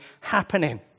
happening